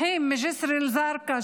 אחים מג'סר א-זרקא,